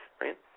right